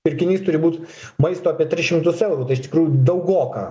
pirkinys turi būt maisto apie tris šimtus eurų tai iš tikrųjų daugoka